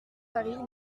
paris